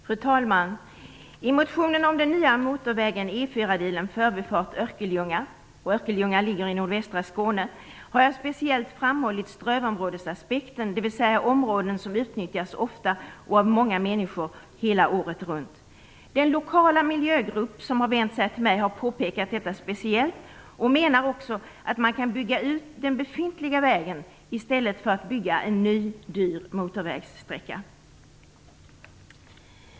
Fru talman! I motionen om den nya motorvägen E 4 med förbifart vid Örkelljunga, som ligger i nordvästra Skåne, har jag speciellt framhållit strövområdesaspekten, dvs. det är fråga om områden som utnyttjas ofta och av många människor hela året runt. Den lokala miljögrupp som har vänt sig till mig har påpekat detta speciellt och menar också att man kan bygga ut den befintliga vägen i stället för att bygga en ny dyr motorvägssträcka.